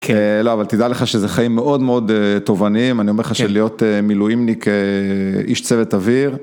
לא, אבל תדע לך שזה חיים מאוד מאוד תובענים, אני אומר לך שלהיות מילואימניק איש צוות אוויר.